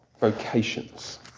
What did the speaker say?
vocations